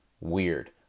weird